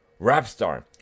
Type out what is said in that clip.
Rapstar